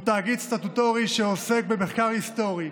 הוא תאגיד סטטוטורי שעוסק במחקר היסטורי,